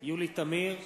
יולי תמיר,